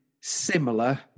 similar